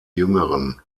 jüngeren